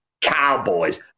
Cowboys